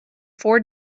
four